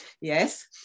yes